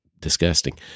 disgusting